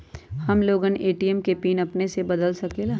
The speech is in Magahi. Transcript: हम लोगन ए.टी.एम के पिन अपने से बदल सकेला?